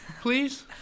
please